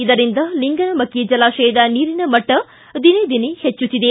ಇದರಿಂದ ಲಿಂಗನಮಕ್ಕಿ ಜಲಾಶಯದ ನೀರಿನ ಮಟ್ಟವು ದಿನೇ ದಿನೇ ಹೆಚ್ಚುತ್ತಿದೆ